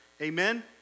Amen